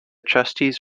trustees